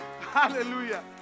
Hallelujah